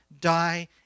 die